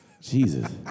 Jesus